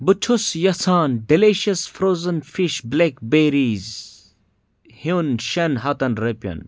بہٕ چھُس یژھان delicious frozen fish blackberries ہیٚون شیٚن ہَتن رۄپین